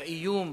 האיום